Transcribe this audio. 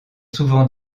souvent